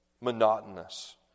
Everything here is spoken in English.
monotonous